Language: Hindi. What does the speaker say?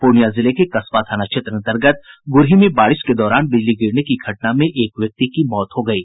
पूर्णियां जिले के कसबा थाना क्षेत्र अंतर्गत गूरही में बारिश के दौरान बिजली गिरने की घटना में एक व्यक्ति की मौत हो गयी